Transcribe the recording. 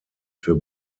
für